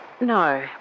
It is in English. No